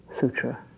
Sutra